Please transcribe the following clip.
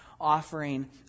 offering